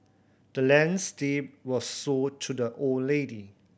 the land's deed was sold to the old lady